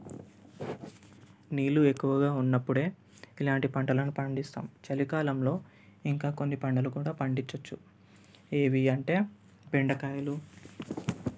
నీళ్ళు ఎక్కువగా ఉన్నప్పుడు ఇలాంటి పంటలను పండిస్తాం చలికాలంలో ఇంకా కొన్ని పంటలు కూడా పండించవచ్చు ఏవి అంటే బెండకాయలు